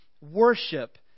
worship